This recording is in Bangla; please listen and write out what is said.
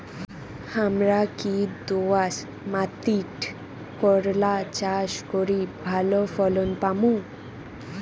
হামরা কি দোয়াস মাতিট করলা চাষ করি ভালো ফলন পামু?